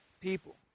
people